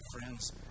friends